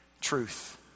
truth